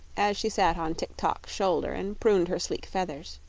as she sat on tik-tok's shoulder and pruned her sleek feathers.